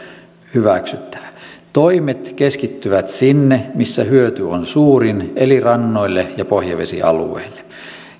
hyväksyttävä toimet keskittyvät sinne missä hyöty on suurin eli rannoille ja pohjavesialueille